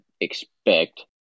expect